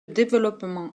développement